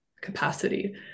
capacity